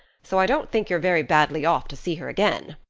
so i don't think you're very badly off to see her again.